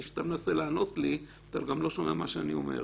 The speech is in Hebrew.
כי כשאתה מנסה לענות לי אתה גם לא שומע מה אני אומר.